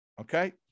okay